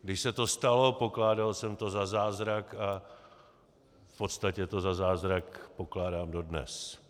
Když se to stalo, pokládal jsem to za zázrak a v podstatě to za zázrak pokládám dodnes.